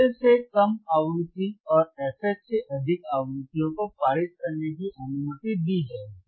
fL से कम आवृत्तियों और fH से अधिक आवृत्तियों को पारित करने की अनुमति दी जाएगी